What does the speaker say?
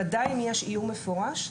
ודאי אם יש איום מפורש,